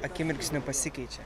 akimirksniu pasikeičia